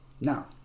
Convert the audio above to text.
Now